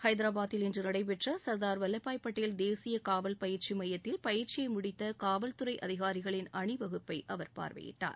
ஹைதரபாத்தில் இன்று நடைபெற்ற சா்தார் வல்வபாய் படேல் தேசிய காவல் பயிற்சி மையத்தில் பயிற்சியை முடித்த காவல்துறை அதிகாரிகளின் அணி வகுப்பை பார்வையிட்டார்